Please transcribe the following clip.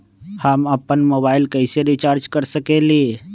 हम अपन मोबाइल कैसे रिचार्ज कर सकेली?